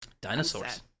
Dinosaurs